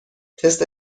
تست